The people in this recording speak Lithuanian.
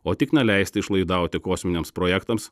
o tik neleisti išlaidauti kosminiams projektams